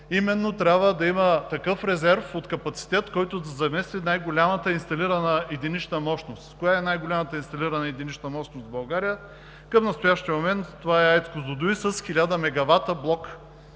членуват, трябва да има именно такъв резерв от капацитет, който да замести най-голямата инсталирана единична мощност. Коя е най-голямата инсталирана единична мощност в България? Към настоящия момент това е АЕЦ „Козлодуй“ с 1000 мегавата блок,